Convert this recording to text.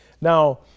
Now